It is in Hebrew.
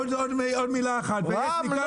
עוד מילה אחת --- לא,